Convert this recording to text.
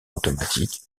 automatique